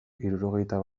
hirurogeita